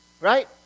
right